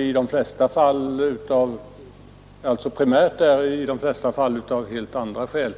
I de flesta fall är de där primärt av helt andra skäl,